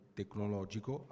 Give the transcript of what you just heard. tecnologico